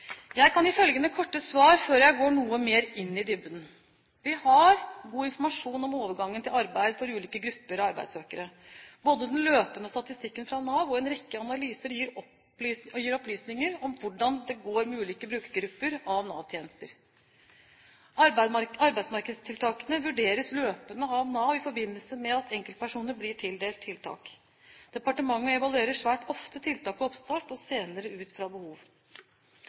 Jeg kan gi følgende korte svar før jeg går noe mer i dybden: Vi har god informasjon om overgangen til arbeid for ulike grupper av arbeidssøkere. Både den løpende statistikken fra Nav og en rekke analyser gir opplysninger om hvordan det går med ulike brukergrupper av Nav-tjenester. Arbeidsmarkedstiltakene vurderes løpende av Nav i forbindelse med at enkeltpersoner blir tildelt tiltak. Departementet evaluerer svært ofte tiltak ved oppstart, og senere ut fra behov.